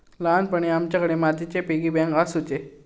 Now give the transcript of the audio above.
ल्हानपणी आमच्याकडे मातीची पिगी बँक आसुची